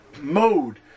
mode